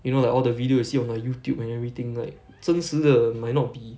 you know like all the videos you see on like Youtube and everything like 真丝的 might not be